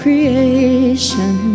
Creation